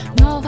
no